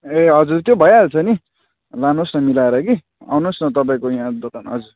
ए हजुर त्यो भइहाल्छ नि लानुहोस् न मिलाएर कि आउनुहोस् न तपाईँको यहाँ दोकान हजुर